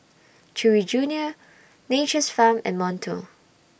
Chewy Junior Nature's Farm and Monto